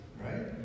right